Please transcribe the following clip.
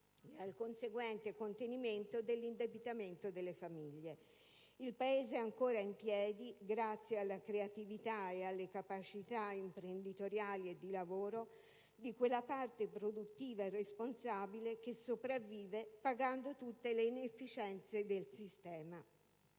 Il Paese è ancora in piedi grazie alla creatività e alle capacità imprenditoriali e di lavoro di quella parte produttiva responsabile che sopravvive pagando tutte le inefficienze del sistema.